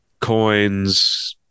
coins